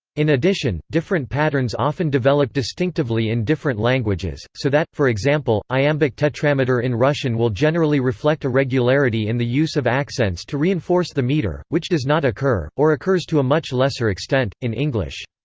in addition, different patterns often develop distinctively in different languages, so that, for example, iambic tetrameter in russian will generally reflect a regularity in the use of accents to reinforce the meter, which does not occur, or occurs to a much lesser extent, in english.